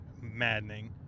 maddening